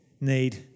need